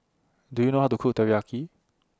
Do YOU know How to Cook Teriyaki